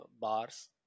bars